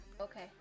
okay